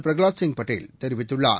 பிரகலாத் சிங் பட்டேல் தெரிவித்துள்ளார்